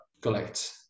collect